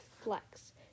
Flex